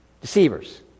deceivers